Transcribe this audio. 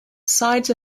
sides